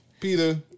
Peter